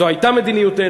זו הייתה מדיניותנו,